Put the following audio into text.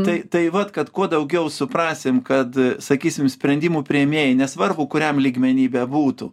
tai tai vat kad kuo daugiau suprasim kad sakysim sprendimų priėmėjai nesvarbu kuriam lygmeny bebūtų